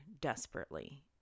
desperately